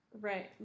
right